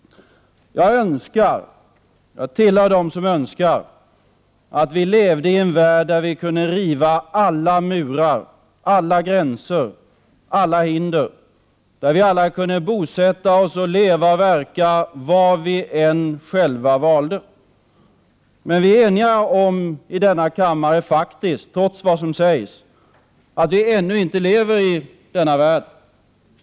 Jag tillhör dem som önskar att vi levde i en värld där vi kunde riva alla murar, alla gränser, alla hinder, där vi alla kunde bosätta oss, leva och verka efter eget val. Men vi är faktiskt eniga om i denna kammare, trots vad som sägs, att vi ännu inte lever i den världen.